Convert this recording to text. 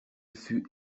fut